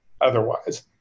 otherwise